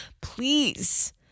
please